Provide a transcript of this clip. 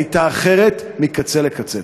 הייתה אחרת מקצה לקצה.